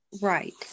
right